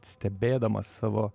stebėdamas savo